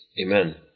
Amen